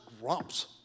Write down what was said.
Grumps